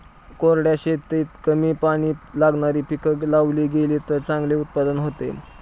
कोरड्या शेतीत कमी पाणी लागणारी पिकं लावली गेलीत तर चांगले उत्पादन होते